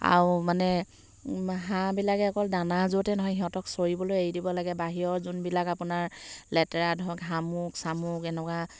আৰু মানে হাঁহবিলাকে অকল দানা য'তে নহয় সিহঁতক চৰিবলৈ এৰি দিব লাগে বাহিৰৰ যোনবিলাক আপোনাৰ লেতেৰা ধৰক শামুক চামুক এনেকুৱা